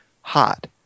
hot